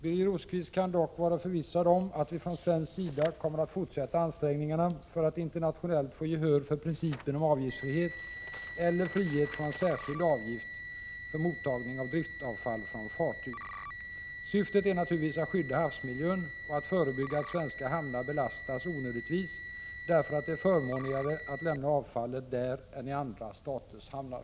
Birger Rosqvist kan dock vara förvissad om att vi från svensk sida kommer att fortsätta ansträngningarna för att internationellt få gehör för principen om avgiftsfrihet eller frihet från särskild avgift för mottagning av driftavfall från fartyg. Syftet är naturligtvis att skydda havsmiljön och att förebygga att svenska hamnar belastas onödigtvis därför att det är förmånligare att lämna avfallet där än i andra staters hamnar.